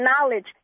knowledge